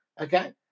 Okay